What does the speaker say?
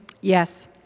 Yes